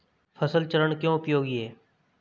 फसल चरण क्यों उपयोगी है?